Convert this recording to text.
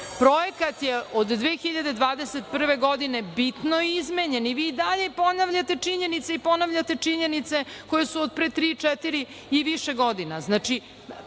Projekat je od 2021. godine bitno izmenjen i vi i dalje ponavljate činjenice i ponavljate činjenice koje su od pre tri, četiri i više godina.